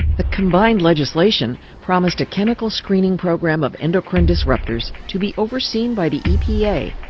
the combined legislation promised a chemical screening program of endocrine disruptors to be overseen by the epa.